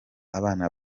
abana